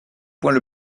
point